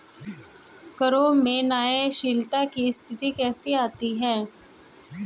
करों में न्यायशीलता की स्थिति कैसे आती है?